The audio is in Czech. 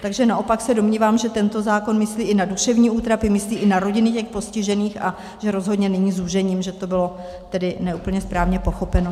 Takže naopak se domnívám, že tento zákon myslí i na duševní útrapy, myslí i na rodiny těch postižených a že rozhodně není zúžením, že to bylo tedy ne úplně správně pochopeno.